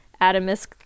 Adamus